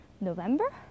November